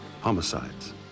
homicides